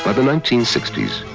ah the nineteen sixty s,